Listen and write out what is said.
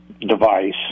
device